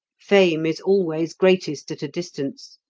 fame is always greatest at a distance,